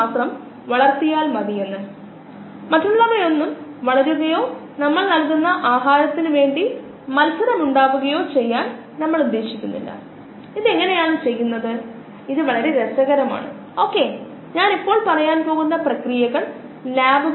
റിയാക്ടറിലേക്കുള്ള input stream സംഭവിക്കുകയാണെങ്കിൽ ഇത് ഒരു തുടർച്ചയായ പ്രക്രിയയാണെന്ന് നമുക്ക് പറയാം ഇതിലേക്ക് ഒരു റിയാക്റ്ററിലേക് ഇൻപുട്ട് സ്ട്രീം ഉണ്ട് ഇതിൽ 10 മോളാർ സാന്ദ്രത Bയുടെ 10 മോളാർ സാന്ദ്രത എന്നിവ അടങ്ങിയിരിക്കുന്നു ഈ മോളാർ ഒരു ലിറ്ററിന് മോളുകളല്ലാതെ മറ്റൊന്നുമല്ല ഇത് Aയുടെ സാന്ദ്രത ആണ് Bയുടെയും സാന്ദ്രത